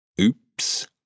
Oops